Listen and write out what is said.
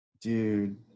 Dude